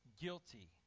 guilty